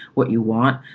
what you want.